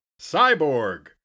Cyborg